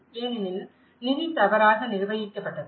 ஏனெனில் நிதி தவறாக நிர்வகிக்கப்பட்டது